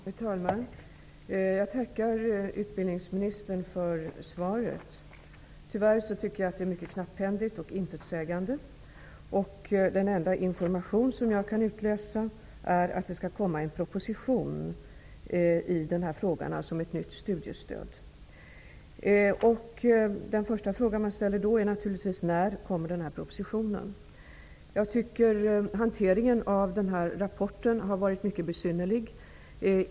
Herr talman! Jag tackar utbildningsministern för svaret. Tyvärr tycker jag att svaret är mycket knapphändigt och intetsägande. Den enda information som jag kan utläsa av svaret är att en proposition i fråga om ett nytt studiestöd skall läggas på riksdagens bord. Min första fråga blir då: När kommer denna proposition? Hanteringen av den här rapporten har varit mycket besynnerlig.